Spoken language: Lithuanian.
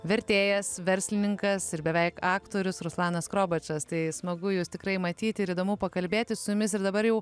vertėjas verslininkas ir beveik aktorius ruslanas skrobačas tai smagu jus tikrai matyti ir įdomu pakalbėti su jumis ir dabar jau